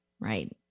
Right